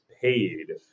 paid